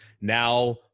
now